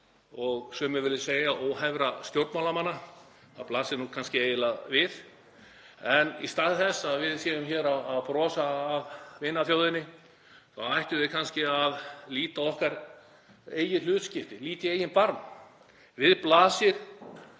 og sumir vilja segja óhæfra stjórnmálamanna. Það blasir nú eiginlega við. En í stað þess að við séum hér að brosa að vinaþjóðinni ættum við kannski að líta á okkar eigið hlutskipti, líta í eigin barm. Við blasir